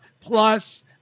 Plus